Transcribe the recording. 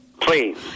please